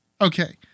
okay